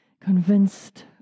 convinced